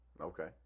Okay